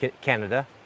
Canada